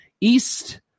east